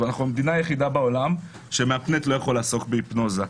אנחנו המדינה היחידה בעולם שמהפנט לא יכול לעסוק בהיפנוזה.